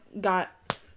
got